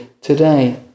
today